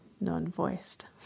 non-voiced